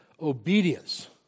obedience